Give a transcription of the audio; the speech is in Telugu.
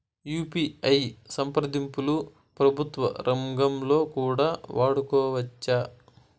యు.పి.ఐ సంప్రదింపులు ప్రభుత్వ రంగంలో కూడా వాడుకోవచ్చా?